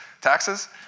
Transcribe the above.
taxes